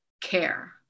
care